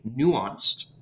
nuanced